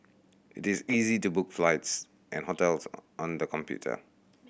it is easy to book flights and hotels on on the computer